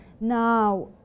Now